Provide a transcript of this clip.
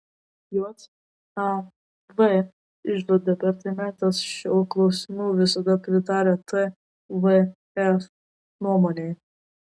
jav iždo departamentas šiuo klausimu visada pritarė tvf nuomonei